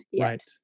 Right